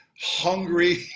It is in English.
hungry